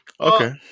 okay